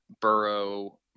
Burrow